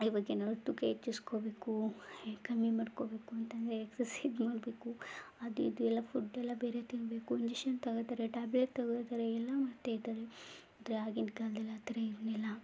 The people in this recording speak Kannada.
ಇವಾಗೇನಾದ್ರೂ ತೂಕ ಹೆಚ್ಚಿಸ್ಕೊಳ್ಬೇಕು ಯ ಕಮ್ಮಿ ಮಾಡ್ಕೊಳ್ಬೇಕು ಅಂತ ಅಂದ್ರೆ ಎಕ್ಸರ್ಸೈಸ್ ಮಾಡಬೇಕು ಅದು ಇದು ಎಲ್ಲ ಫುಡ್ಡೆಲ್ಲ ಬೇರೆ ತಿನ್ನಬೇಕು ಇಂಜೆಕ್ಷನ್ ತೊಗೊಳ್ತಾರೆ ಟ್ಯಾಬ್ಲೆಟ್ ತೊಗೊಳ್ತಾರೆ ಎಲ್ಲ ಮಾಡ್ತಾಯಿದ್ದಾರೆ ಆದರೆ ಆಗಿನ ಕಾಲ್ದಲ್ಲಿ ಆ ಥರ ಇರಲಿಲ್ಲ